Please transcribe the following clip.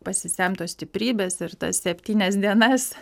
pasisemt tos stiprybės ir tas septynias dienas